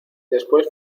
después